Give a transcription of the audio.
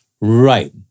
Right